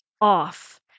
off